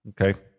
Okay